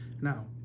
Now